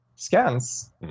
scans